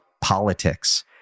politics